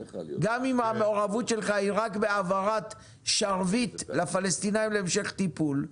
גם אם המעורבות שלך היא רק בהעברת שרביט לפלסטינאים להמשך טיפול,